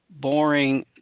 boring